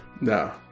No